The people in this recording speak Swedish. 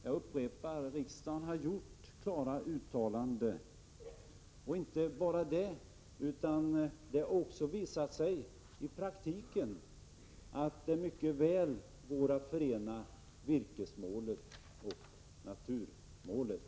Jag upprepar att riksdagen har gjort klara uttalanden. Och inte bara det, utan det har också i praktiken visat sig att det mycket väl går att förena virkesmålet och naturmålet.